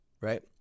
right